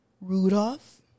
Rudolph